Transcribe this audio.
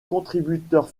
contributeurs